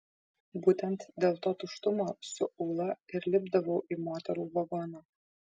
būtent dėl to tuštumo su ūla ir lipdavau į moterų vagoną